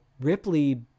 Ripley